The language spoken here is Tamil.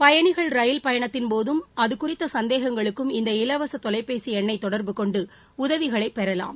பயணிகள் ரயில் பயணத்தின்போதும் அது குறித்த சந்தேகங்களுக்கும் இந்த இலவச தொலைபேசி எண்ணை தொடர்பு கொண்டு உதவிகளை பெறலாம்